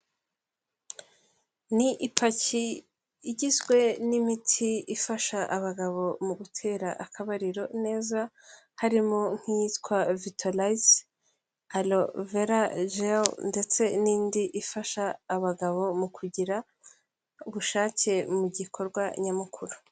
Ni ipaki igizwe n'imiti ifasha abagabo mu gutera akabariro neza harimo, nk'iyitwa vitorize, alovelagewo ndetse n'indi ifasha abagabo mu kugira ubushake mu gikorwa nyamukuru.